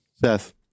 Seth